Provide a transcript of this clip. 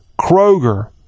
Kroger